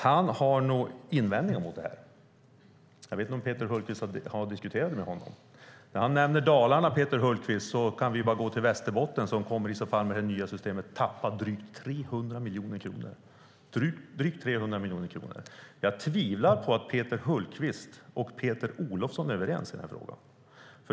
Han har nog invändningar mot detta. Jag vet inte om Peter Hultqvist har diskuterat detta med honom. När Peter Hultqvist nämner Dalarna kan vi gå till Västerbotten som med det nya systemet kommer att tappa drygt 300 miljoner kronor. Jag tvivlar på att Peter Hultqvist och Peter Olofsson är överens i denna fråga.